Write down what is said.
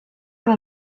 una